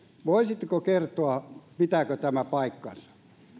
voisitteko kertoa pitääkö tämä paikkansa